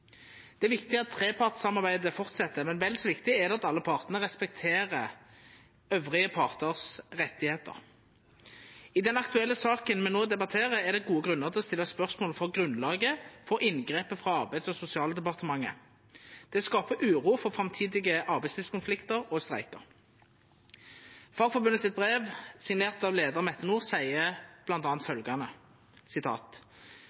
Det er viktig at trepartssamarbeidet held fram, men vel så viktig er det at alle partane respekterer rettane til dei andre partane. I den aktuelle saka me no debatterer, er det gode grunnar til å stilla spørsmål om grunnlaget og inngrepet frå Arbeids- og sosialdepartementet. Det skaper uro for framtidige arbeidslivskonfliktar og streikar. I brevet frå Fagforbundet, signert av leiaren, Mette Nord,